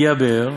פי הבאר,